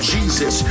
Jesus